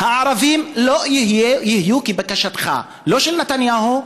הערבים לא יהיו כבקשתכם,